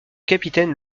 capitaine